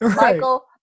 Michael